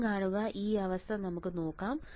വീണ്ടും കാണുക ഈ അവസ്ഥ നമുക്ക് നോക്കാം